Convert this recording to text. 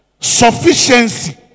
Sufficiency